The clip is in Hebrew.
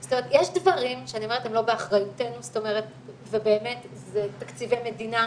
זאת אומרת יש דברים שאני אומרת שהם לא באחריותנו ובאמת זה תקציבי מדינה,